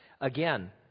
again